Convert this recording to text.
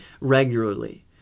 regularly